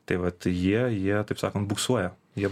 tai vat jie jie taip sakant buksuoja jie